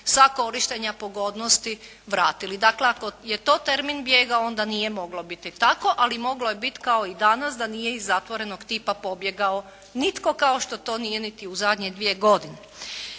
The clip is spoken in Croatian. sa korištenja pogodnosti vratili. Dakle, ako je to termin bijega onda nije moglo biti tako, ali moglo je biti kao i danas da nije iz zatvorenog tipa pobjegao nitko kao što to nije niti u zadnje dvije godine.